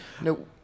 no